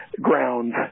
grounds